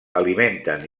alimenten